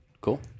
Cool